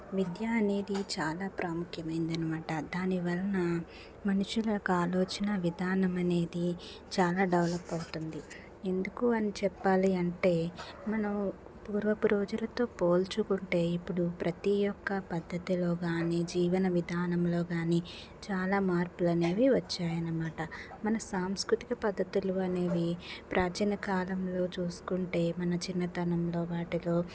విద్య అనేది చాలా ప్రాముఖ్యమైందనమాట దానివలన మనుషుల యొక్క ఆలోచన విధానం అనేది చాలా డెవలప్ అవుతుంది ఎందుకు అని చెప్పాలి అంటే మనం పూర్వపు రోజులతో పోల్చుకుంటే ఇప్పుడు ప్రతి ఒక్క పద్ధతిలో కాని జీవన విధానంలో కానీ చాలా మార్పులు అనేవి వచ్చాయనమాట మన సాంస్కృతిక పద్ధతులు అనేవి ప్రాచీన కాలంలో చూసుకుంటే మన చిన్నతనంలో వాటిలో